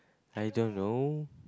I don't know